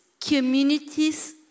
communities